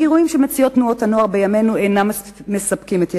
הגירויים שמציעות תנועות הנוער אינם מספקים את ילדינו.